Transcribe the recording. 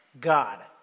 God